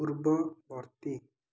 ପୂର୍ବବର୍ତ୍ତୀ